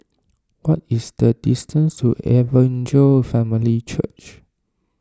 what is the distance to Evangel Family Church